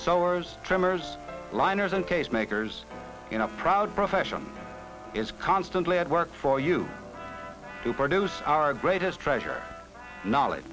sours trimmers liners in case makers in a proud profession is constantly at work for you to produce our greatest treasure knowledge